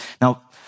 Now